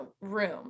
room